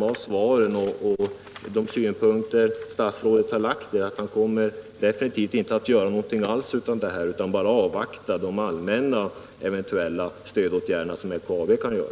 Av svaret och de synpunkter statsrådet lagt fram här att döma kommer han definitivt inte att göra någonting utan bara avvakta de eventuella allmänna stödåtgärder som LKAB kan vidta.